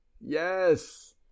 Yes